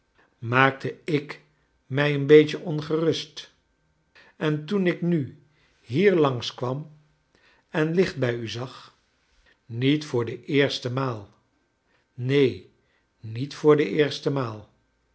maakte ik mij een beetje ongerust en toen ik nu hier langs kwam en licht bij u zag niet voor de eerste maal n en niet voor de eerste maal